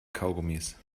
kaugummis